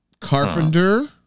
Carpenter